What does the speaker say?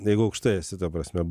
jeigu aukštai esi ta prasme